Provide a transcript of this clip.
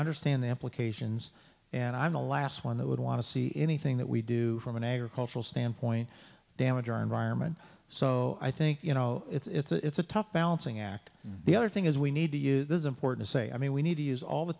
understand the implications and i'm the last one that would want to see anything that we do from an agricultural standpoint damage our environment so i think you know it's a tough balancing act and the other thing is we need to you this is important to say i mean we need to use all the